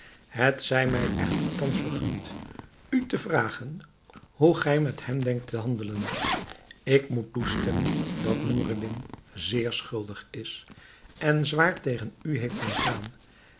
het zij mij echter thans vergund u te vragen hoe gij met hem denkt te handelen ik moet toestemmen dat noureddin zeer schuldig is en zwaar tegen u heeft misdaan